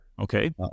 Okay